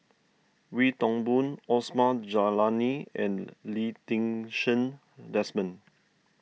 Wee Toon Boon Osman Zailani and Lee Ti Seng Desmond